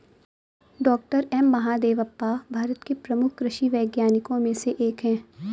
doctor M Mahadevappa Bharat के प्रमुख कृषि वैज्ञानिकों में से एक हैं